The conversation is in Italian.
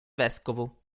vescovo